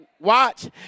Watch